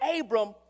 Abram